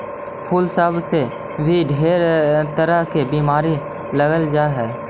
फूल सब में भी ढेर तरह के बीमारी लग जा हई